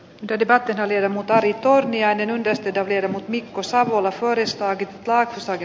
dedicated halleja mutta ari torniainenontosti toveri mikko savolaisuudesta aki laakso ja